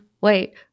Wait